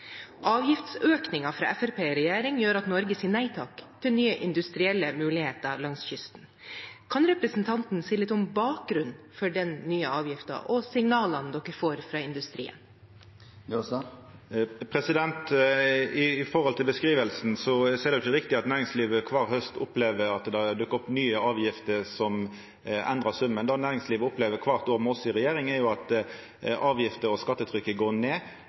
Avgiftsøkningen fra Fremskrittspartiet i regjering gjør at Norge sier nei takk til nye industrielle muligheter langs kysten. Kan representanten si litt om bakgrunnen for den nye avgiften og signalene man får fra industrien? Med tanke på den beskrivinga er det ikkje riktig at næringslivet kvar haust opplever at det dukkar opp nye avgifter som endrar summen. Det næringslivet opplever kvart år med oss i regjering, er at avgifter og skattetrykket går ned